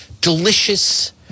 delicious